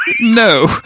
no